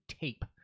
tape